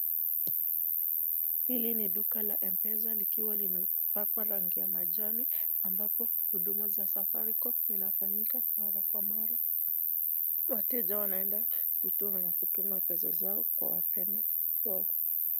Hili ni duka la Mpesa likiwa limepakwa rangi ya majani ambapo huduma za safaricom zinafanyika na mara kwa mara wateja wanaenda kutoa na kutuma pesa zao kwa wapendwa wao.